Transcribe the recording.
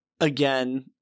again